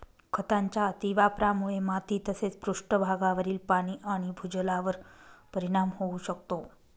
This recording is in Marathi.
खतांच्या अतिवापरामुळे माती तसेच पृष्ठभागावरील पाणी आणि भूजलावर परिणाम होऊ शकतो